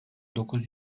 dokuz